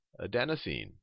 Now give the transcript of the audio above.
adenosine